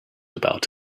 about